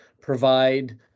provide